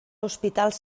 hospitals